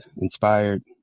inspired